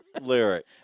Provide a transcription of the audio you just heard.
lyric